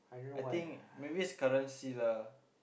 I think maybe currency lah